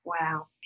Wow